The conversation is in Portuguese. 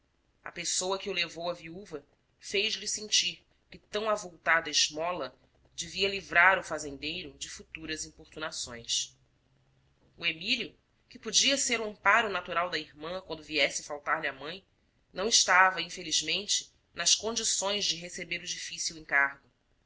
a pessoa que o levou à viúva fez-lhe sentir que tão avultada esmola devia livrar o fazendeiro de futuras importunações o emílio que podia ser o amparo natural da irmã quando viesse a faltar-lhe a mãe não estava infelizmente nas condições de receber o difícil encargo